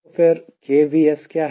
तो फिर KVS क्या है